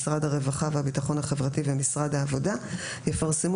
משרד הרווחה והביטחון החברתי ומשרד העבודה יפרסמו